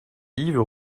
yves